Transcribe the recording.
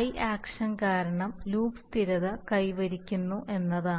I action കാരണം loop സ്ഥിരത കൈവരിക്കുന്നു എന്നതാണ്